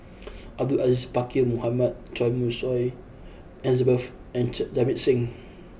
Abdul Aziz Pakkeer Mohamed Choy Moi Su Elizabeth and Jamit Singh